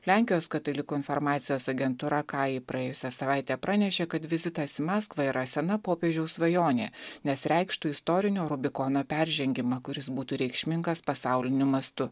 lenkijos katalikų informacijos agentūra kaji praėjusią savaitę pranešė kad vizitas į maskvą yra sena popiežiaus svajonė nes reikštų istorinio rubikono peržengimą kuris būtų reikšmingas pasauliniu mastu